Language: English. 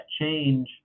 change